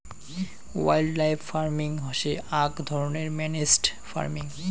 wildlife farming হসে আক ধরণের ম্যানেজড ফার্মিং